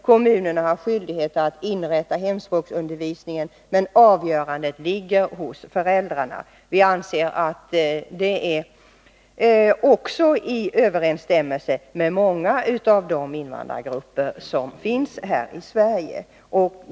Kommunerna är skyldiga att inrätta hemspråksundervisning, men avgörandet ligger hos föräldrarna. Vi anser att det står i överensstämmelse med vad många invandrargrupper här i Sverige tycker.